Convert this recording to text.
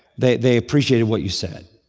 they they appreciated what you said.